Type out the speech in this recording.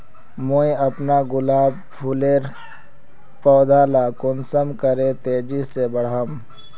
मुई अपना गुलाब फूलेर पौधा ला कुंसम करे तेजी से बढ़ाम?